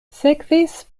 sekvis